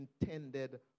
intended